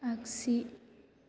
आगसि